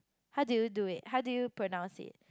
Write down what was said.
how do you do it how do you pronounce it